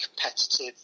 competitive